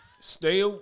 Stay